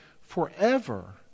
forever